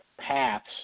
paths